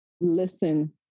listen